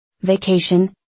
Vacation